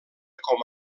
com